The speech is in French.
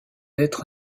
être